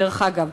דרך אגב,